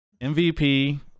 MVP